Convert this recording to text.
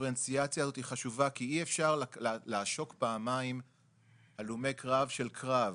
הדיפרנציאציה הזו היא חשובה כי אי אפשר לעשוק פעמיים הלומי קרב של קרב,